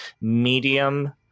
medium